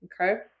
Okay